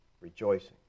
rejoicing